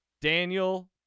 Daniel